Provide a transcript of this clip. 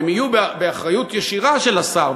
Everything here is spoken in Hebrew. והם יהיו באחריות ישירה של השר,